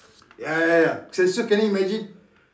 ya ya ya so can you still imagine